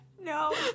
No